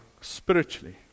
spiritually